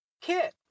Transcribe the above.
Kit